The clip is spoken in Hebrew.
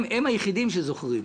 הם היחידים שזוכרים.